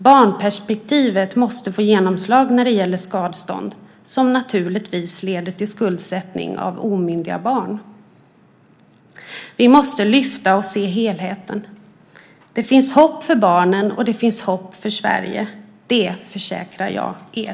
Barnperspektivet måste få genomslag när det gäller skadestånd, som naturligtvis leder till skuldsättning av omyndiga barn. Vi måste lyfta blicken och se helheten. Det finns hopp för barnen, och det finns hopp för Sverige. Det försäkrar jag er.